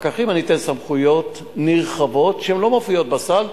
לפקחים אני אתן סמכויות נרחבות שהן לא מופיעות בסל,